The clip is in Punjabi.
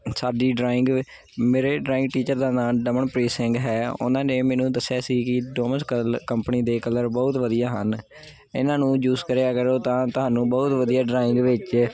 ਸਾਡੀ ਡਰਾਇੰਗ ਮੇਰੇ ਡਰਾਇੰਗ ਟੀਚਰ ਦਾ ਨਾਂ ਦਮਨਪ੍ਰੀਤ ਸਿੰਘ ਹੈ ਉਹਨਾਂ ਨੇ ਮੈਨੂੰ ਦੱਸਿਆ ਸੀ ਕਿ ਡੋਮਸ ਕਲ ਕੰਪਨੀ ਦੇ ਕਲਰ ਬਹੁਤ ਵਧੀਆ ਹਨ ਇਹਨਾਂ ਨੂੰ ਜੂਸ ਕਰਿਆ ਕਰੋ ਤਾਂ ਤੁਹਾਨੂੰ ਬਹੁਤ ਵਧੀਆ ਡਰਾਇੰਗ ਵਿੱਚ